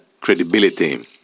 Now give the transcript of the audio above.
credibility